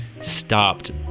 stopped